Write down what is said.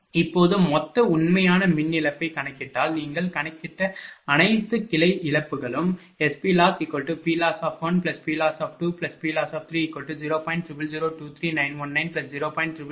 இப்போது மொத்த உண்மையான மின் இழப்பை கணக்கிட்டால் நீங்கள் கணக்கிட்ட அனைத்து கிளை இழப்புகளும் SPLossPLoss1PLoss2PLoss30